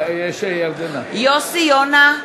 יוסי יונה,